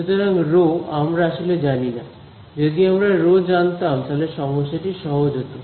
সুতরাং রো আমরা আসলে জানিনা যদি আমরা রো জানতাম তাহলে সমস্যা টি সহজ হত